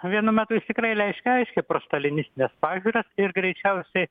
vienu metu jis tikrai reiškė aiškiai prostalinistines pažiūras ir greičiausiai